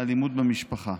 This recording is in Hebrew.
אלימות במשפחה.